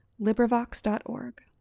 LibriVox.org